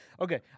Okay